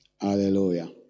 Hallelujah